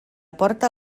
porta